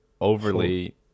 overly